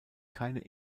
keine